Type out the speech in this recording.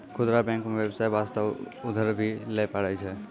खुदरा बैंक मे बेबसाय बास्ते उधर भी लै पारै छै